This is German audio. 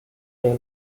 keine